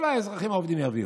כל האזרחים העובדים ירוויחו: